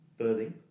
birthing